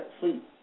sleep